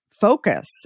focus